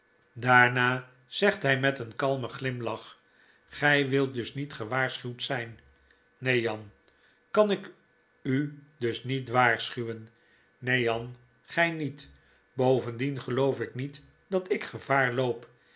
daarna zegt hy met een kalmen glimlach gry wilt dus niet gewaarschuwd zijn neen jan kan ik u dus niet waarschuwen neen jan gij niet bovendien geloof ik niet dat ik gevaar loop